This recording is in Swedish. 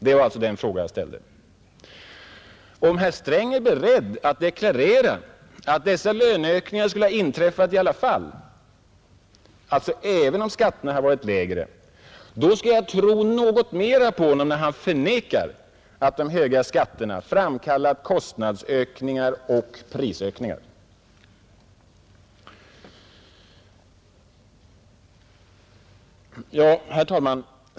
Om herr Sträng är beredd att deklarera att dessa löneökningar skulle ha blivit lika omfattande även om skatterna varit lägre, då skall jag tro något mer på honom när han förnekar att de höga skatterna framkallar kostnadsökningar och prisstegringar. Herr talman!